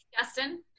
Justin